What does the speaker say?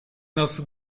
nasıl